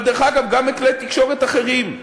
אבל, דרך אגב, גם מכלי תקשורת אחרים.